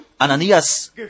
Ananias